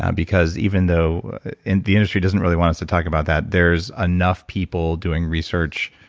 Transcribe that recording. um because even though and the industry doesn't really want us to talk about that there's enough people doing research,